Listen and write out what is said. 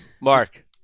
Mark